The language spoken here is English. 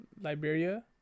Liberia